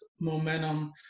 momentum